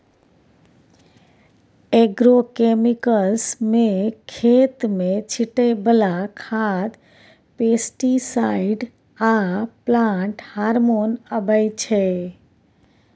agrochemicals मे खेत मे छीटय बला खाद, पेस्टीसाइड आ प्लांट हार्मोन अबै छै